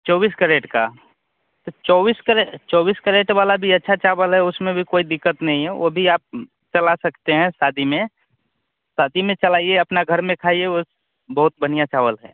चौबीस कैरेट का तो चौबीस करे चौबीस करेट वाला भी अच्छा चावल है उसमें भी कोई दिक्कत नहीं है वह भी आप चला सकते हैं शादी में शादी में चलाइए अपने घर में खाइए ओस बहुत बढ़िया चावल है